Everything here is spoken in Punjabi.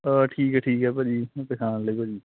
ਠੀਕ ਹੈ ਠੀਕ ਹੈ ਭਾਅ ਜੀ ਪਛਾਣ ਮੈਂ ਲਿਆ ਭਾਅ ਜੀ